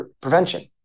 prevention